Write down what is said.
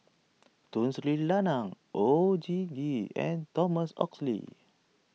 Tun Sri Lanang Oon Jin Gee and Thomas Oxley